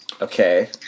Okay